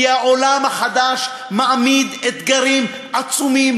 כי העולם החדש מעמיד אתגרים עצומים